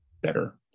better